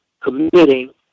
committing